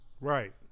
right